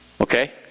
Okay